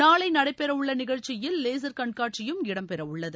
நாளை நடைபெறவுள்ள நிகழ்ச்சியில் லேசர் கண்காட்சியும் இடம்பெற உள்ளது